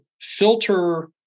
filter